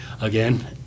again